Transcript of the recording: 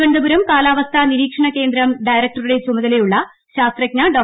തിരുവനന്തപുരം കാലാവസ്ഥാ നിരീക്ഷണ കേന്ദ്രം ഡയറക്ടറുടെ ചുമതലയുള്ള ശാസ്ത്രജ്ഞ ഡോ